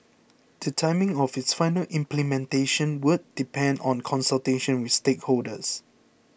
the timing of its final implementation would depend on consultation with stakeholders